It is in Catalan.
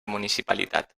municipalitat